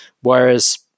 Whereas